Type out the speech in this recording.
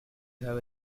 have